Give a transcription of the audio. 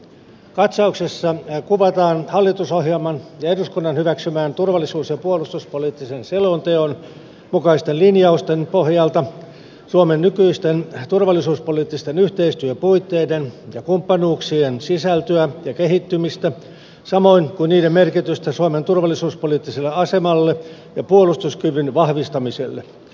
katsauksessa kuvataan hallitusohjelman ja eduskunnan hyväksymän turvallisuus ja puolustuspoliittisen selonteon mukaisten linjausten pohjalta suomen nykyisten turvallisuuspoliittisten yhteistyöpuitteiden ja kumppanuuksien sisältöä ja kehittymistä samoin kuin niiden merkitystä suomen turvallisuuspoliittiselle asemalle ja puolustuskyvyn vahvistamiselle